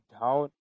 down